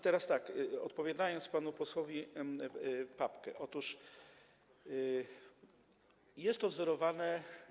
Teraz tak, odpowiadając panu posłowi Papkemu: otóż jest to wzorowane.